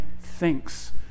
thinks